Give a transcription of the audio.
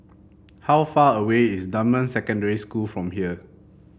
how far away is Dunman Secondary School from here